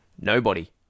Nobody